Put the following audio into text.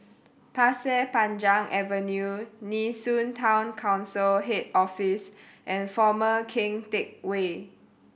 Pasir Panjang Avenue Nee Soon Town Council Head Office and Former Keng Teck Whay